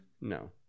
No